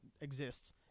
exists